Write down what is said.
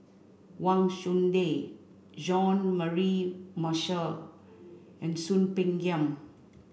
Wang Chunde Jean Mary Marshall and Soon Peng Yam